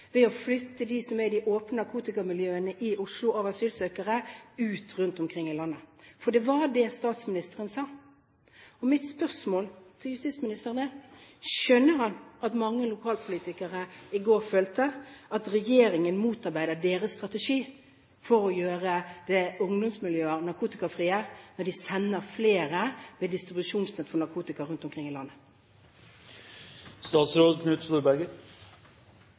ved å flytte asylsøkere som er i de åpne narkotikamiljøene i Oslo, rundt omkring i landet. For det var det statsministeren sa. Mitt spørsmål til justisministeren er: Skjønner han at mange lokalpolitikere i går følte at regjeringen motarbeider deres strategi for å gjøre ungdomsmiljøer narkotikafrie, når de sender flere med distribusjonsnett for narkotika rundt omkring i landet?